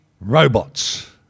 robots